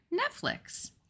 Netflix